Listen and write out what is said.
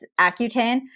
Accutane